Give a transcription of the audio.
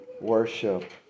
worship